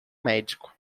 médico